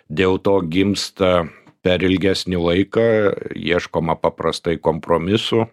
dėl to gimsta per ilgesnį laiką ieškoma paprastai kompromisų